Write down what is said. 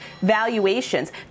valuations